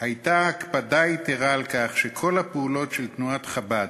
היה הקפדה יתרה שכל הפעולות של תנועת חב"ד,